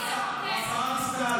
השרה דיסטל,